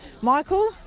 Michael